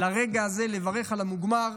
לרגע הזה, לברך על המוגמר.